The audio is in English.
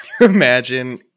Imagine